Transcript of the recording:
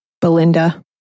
Belinda